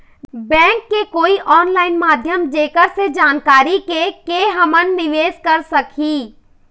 Bank के कोई online माध्यम जेकर से जानकारी के के हमन निवेस कर सकही?